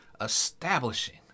establishing